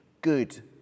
good